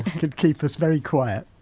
could keep us very quiet.